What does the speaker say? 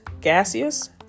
Gaseous